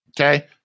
Okay